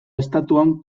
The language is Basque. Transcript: estatuan